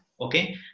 Okay